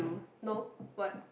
no what